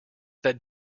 that